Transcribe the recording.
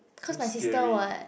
cause my sister [what]